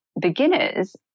beginners